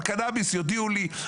על קנאביס יודיעו לי,